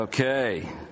Okay